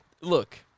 look